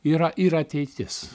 yra ir ateitis